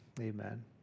Amen